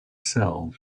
sell